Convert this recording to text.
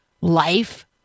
life